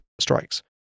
strikes